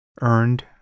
earned